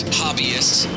hobbyists